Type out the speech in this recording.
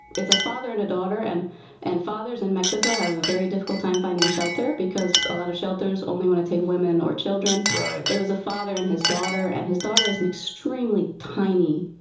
it's a father and a daughter and and fathers in mexico have a very difficult time finding shelter because a lot of shelters only want to take women or children. it was a father and his daughter and his daughter is an extremely tiny,